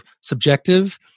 subjective